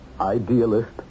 Idealist